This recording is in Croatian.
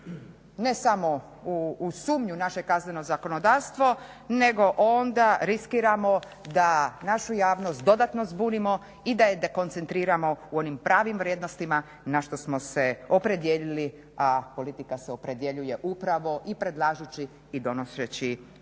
ne samo u sumnju naše kazneno zakonodavstvo nego onda riskiramo da našu javnost dodatno zbunimo i da je dekoncentriramo u onim pravnim vrijednostima na što smo se opredijelili a politika se opredjeljuje upravo i predlažući i donoseći